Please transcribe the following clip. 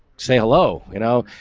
say hello, you know?